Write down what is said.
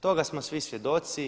Toga smo svi svjedoci.